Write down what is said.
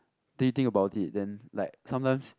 then you think about it then like sometimes